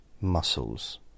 Muscles